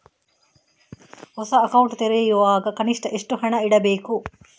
ಹೊಸ ಅಕೌಂಟ್ ತೆರೆಯುವಾಗ ಕನಿಷ್ಠ ಎಷ್ಟು ಹಣ ಇಡಬೇಕು?